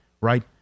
right